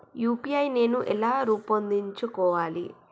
UPI నేను ఎలా రూపొందించుకోవాలి?